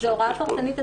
זו הוראה פרטנית.